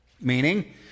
Meaning